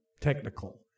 technical